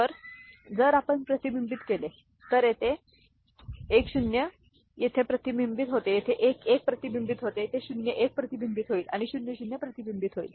तर जर आपण प्रतिबिंबित केले तर 1 0 येथे प्रतिबिंबित होते येथे 1 1 प्रतिबिंबित होते येथे 0 1 प्रतिबिंबित होईल आणि 0 0 प्रतिबिंबित होईल